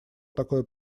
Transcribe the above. такое